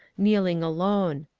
kneeling alone.